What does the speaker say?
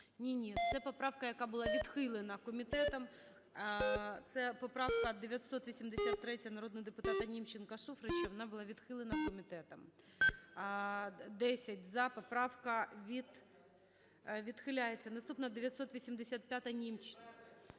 Ні-ні, це поправка, яка була відхилена комітетом. Це поправка 983 народного депутата Німченка-Шуфрича, вона була відхилена комітетом. 13:44:14 За-10 Поправка відхиляється. Наступна – 985-а, Німченка.